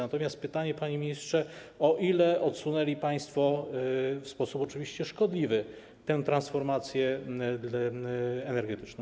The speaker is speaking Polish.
Natomiast pytanie, panie ministrze: O ile odsunęli państwo w sposób oczywiście szkodliwy tę transformację energetyczną?